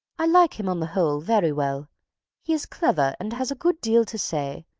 i like him on the whole very well he is clever and has a good deal to say,